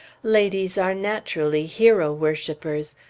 ladies are naturally hero-worshipers.